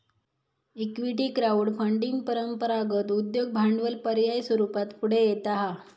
equity crowd funding परंपरागत उद्योग भांडवल पर्याय स्वरूपात पुढे येता हा